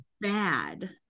bad